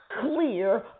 clear